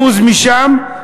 אחוז משם,